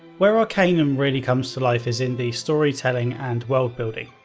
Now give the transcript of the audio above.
where arcanum really comes to life is in the storytelling and worldbuilding.